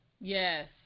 yes